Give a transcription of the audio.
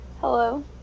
Hello